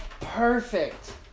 perfect